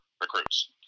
recruits